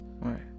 Right